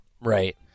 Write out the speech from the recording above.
Right